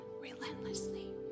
relentlessly